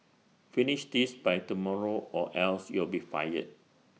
finish this by tomorrow or else you'll be fired